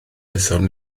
aethon